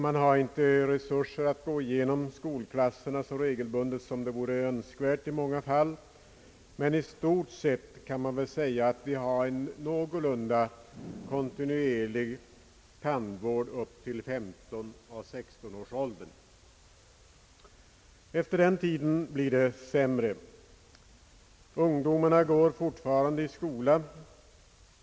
Man har inte resurser att gå igenom skolklasserna så regelbundet som det i många fall vore önskvärt, men i stort sett kan man väl säga att vi har en någorlunda kontinuerlig tandvård upp till 15—16-årsåldern. Därefter blir det sämre. Ungdomarna går fortfarande i skolan.